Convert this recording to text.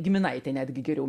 giminaitė netgi geriau